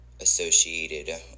associated